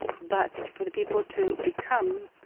but for the people to become,